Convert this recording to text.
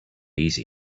easy